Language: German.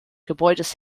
gebäudes